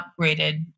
upgraded